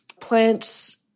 plants